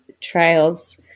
trials